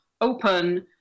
open